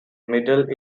middle